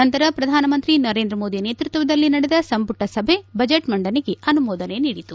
ನಂತರ ಪ್ರಧಾನಮಂತ್ರಿ ನರೇಂದ್ರ ಮೋದಿ ನೇತೃತ್ವದಲ್ಲಿ ನಡೆದ ಸಂಪುಟ ಸಭೆ ಬಜೆಟ್ ಮಂಡನೆಗೆ ಅನುಮೋದನೆ ನೀಡಿತು